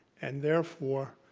and therefore,